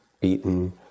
beaten